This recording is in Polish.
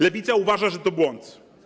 Lewica uważa, że to błąd.